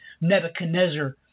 Nebuchadnezzar